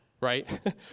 right